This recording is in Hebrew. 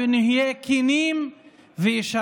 ונהיה כנים וישרים.